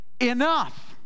enough